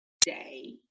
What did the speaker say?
day